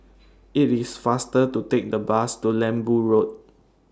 IT IS faster to Take The Bus to Lembu Road